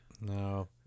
No